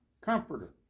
Comforter